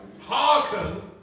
Hearken